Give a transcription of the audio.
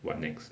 what next